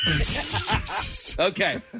Okay